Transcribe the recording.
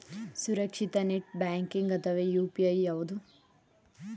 ಸುರಕ್ಷಿತ net banking ಅಥವಾ UPI ಯಾವುದು?